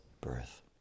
birth